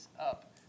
up